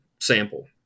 sample